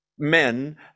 men